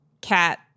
cat